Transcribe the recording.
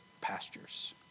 pastures